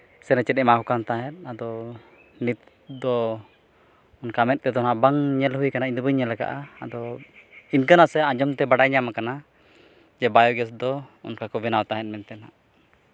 ᱥᱮᱱᱮᱪᱮᱫ ᱮᱢᱟᱣᱟᱠᱚ ᱠᱟᱱ ᱛᱟᱦᱮᱸᱫ ᱟᱫᱚ ᱱᱤᱛ ᱫᱚ ᱚᱱᱠᱟ ᱢᱮᱸᱫ ᱛᱮᱫᱚ ᱦᱟᱸᱜ ᱵᱟᱝ ᱧᱮᱞ ᱦᱩᱭᱟᱠᱟᱱᱟ ᱤᱧᱫᱚ ᱵᱟᱹᱧ ᱧᱮᱞᱟᱠᱟᱫᱼᱟ ᱟᱫᱚ ᱤᱱᱠᱟᱹ ᱱᱟᱥᱮ ᱟᱸᱡᱚᱢᱛᱮ ᱵᱟᱰᱟᱭ ᱧᱟᱢᱟᱠᱟᱱᱟ ᱡᱮ ᱵᱟᱭᱳᱜᱮᱥ ᱫᱚ ᱚᱱᱠᱟ ᱠᱚ ᱵᱮᱱᱟᱣ ᱛᱟᱦᱮᱸᱫ ᱢᱮᱱᱛᱮ ᱦᱟᱸᱜ